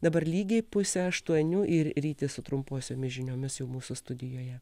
dabar lygiai pusė aštuonių ir rytis su trumposiomis žiniomis jau mūsų studijoje